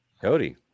Cody